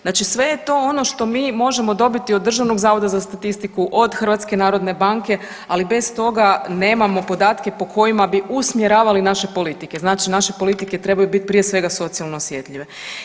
Znači sve je to ono što mi možemo dobiti od Državnog zavoda za statistiku, od HNB-a, ali bez toga nemamo podatke po kojima bi usmjeravali naše politike, znači naše politike trebaju bit prije svega socijalno osjetljive.